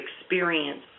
experience